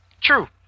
True